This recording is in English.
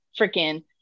freaking